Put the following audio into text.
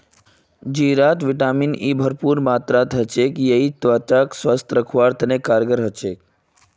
जीरात vitamin E भरपूर मात्रात ह छेक यई त्वचाक स्वस्थ रखवात बहुत कारगर ह छेक